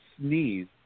sneeze